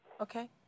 Okay